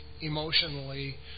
emotionally